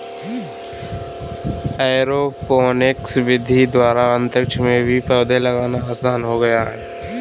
aeroponics विधि द्वारा अंतरिक्ष में भी पौधे लगाना आसान हो गया है